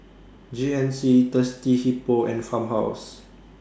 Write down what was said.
G N C Thirsty Hippo and Farmhouse